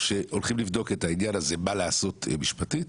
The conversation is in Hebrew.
שהולכים לבדוק את העניין הזה מה לעשות משפטית.